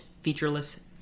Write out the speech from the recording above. featureless